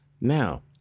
Now